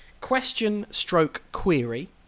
question-stroke-query